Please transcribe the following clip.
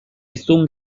hiztun